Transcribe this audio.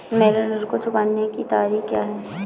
मेरे ऋण को चुकाने की तारीख़ क्या है?